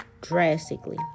drastically